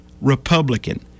Republican